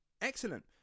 excellent